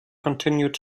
continued